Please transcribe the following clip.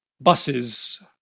buses